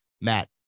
Matt